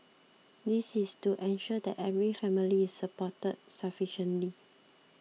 this is to ensure that every family is supported sufficiently